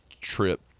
trip